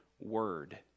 word